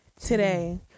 Today